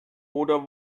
oder